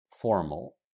formal